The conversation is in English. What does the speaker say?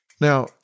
Now